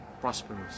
prosperous